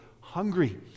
hungry